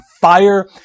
fire